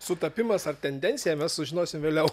sutapimas ar tendencija mes sužinosim vėliau